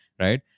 right